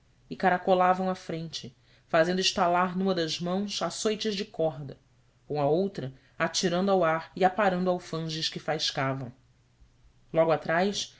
e caracolavam à frente fazendo estalar numa das mãos açoites de corda com a outra atirando ao ar e aparando alfanjes que faiscavam logo atrás